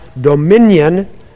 dominion